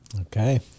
Okay